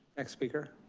next speaker.